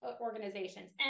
organizations